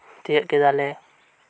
ᱛᱤᱭᱟᱹᱜ ᱠᱮᱫᱟᱞᱮ